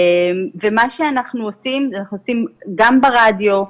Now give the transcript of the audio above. מה שאנחנו עושים, אנחנו עושים גם ברדיו,